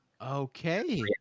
Okay